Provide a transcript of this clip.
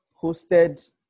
hosted